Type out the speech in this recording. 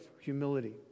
humility